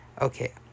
okay